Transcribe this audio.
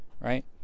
Right